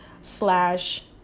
slash